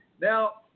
Now